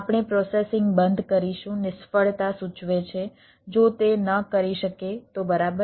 આપણે પ્રોસેસિંગ બંધ કરીશું નિષ્ફળતા સૂચવે છે જો તે ન કરી શકે તો બરાબર